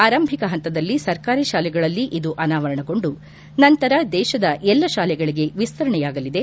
ಆರಂಭಿಕ ಪಂತದಲ್ಲಿ ಸರ್ಕಾರಿ ಶಾಲೆಗಳಲ್ಲಿ ಇದು ಅನಾವರಣಗೊಂಡು ನಂತರ ದೇಶದ ಎಲ್ಲ ಶಾಲೆಗಳಗೆ ವಿಸ್ತರಣೆಯಾಗಲಿದೆ